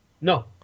No